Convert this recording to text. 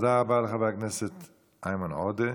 תודה רבה לחבר הכנסת איימן עודה.